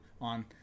on